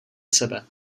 sebe